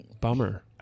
bummer